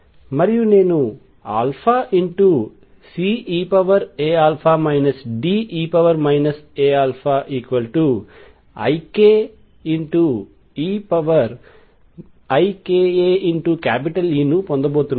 మరియు నేను C eαa D e αaik E eika ను పొందబోతున్నాను